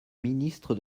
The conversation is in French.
ministre